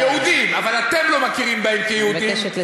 יהודים, אבל אתם לא מכירים בהם, אני מבקשת לסיים.